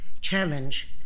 challenge